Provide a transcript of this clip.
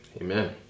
Amen